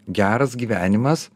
geras gyvenimas